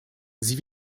sie